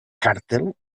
càrtel